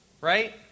Right